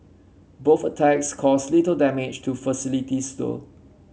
both attacks caused little damage to facilities though